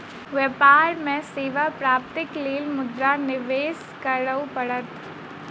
व्यापार में सेवा प्राप्तिक लेल मुद्रा निवेश करअ पड़त